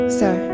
sir